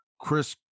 Chris